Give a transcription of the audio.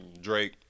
Drake